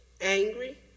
angry